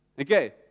Okay